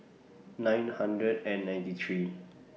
nine hundred and ninety three